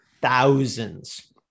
thousands